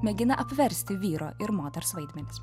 mėgina apversti vyro ir moters vaidmenis